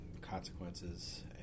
consequences